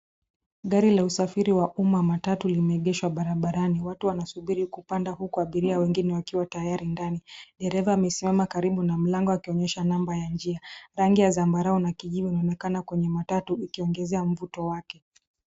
Gari la usafiri wa umma matatu limeegeshwa barabarani. Watu wanasubiri kupanda huko abiria wengine wakiwa tayari ndani. Dereva amesimama karibu na mlango akionyesha namba ya njia. Rangi ya zambarau na kijivu inaonekana kwenye matatu ikiongezea mvuto wake.